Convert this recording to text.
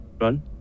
Run